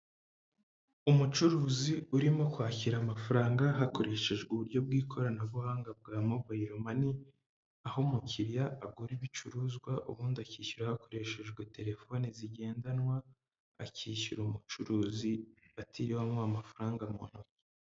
Umucuruzi urimo kwakira amafaranga hakoreshejwe uburyo bw'ikoranabuhanga bwa mobiile mani, aho umukiriya agura ibicuruzwa ubundi akishyura hakoreshejwe telefoni zigendanwa, akishyura umucuruzi atiriwemo amafaranga mu ntoki.